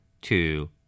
two